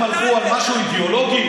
הם הלכו על משהו אידיאולוגי,